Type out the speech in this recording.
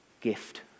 gift